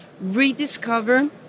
rediscover